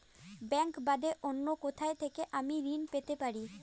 Bank বাদে অন্য কোথা থেকে আমি ঋন পেতে পারি?